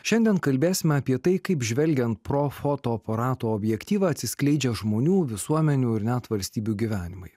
šiandien kalbėsime apie tai kaip žvelgiant pro fotoaparato objektyvą atsiskleidžia žmonių visuomenių ir net valstybių gyvenimai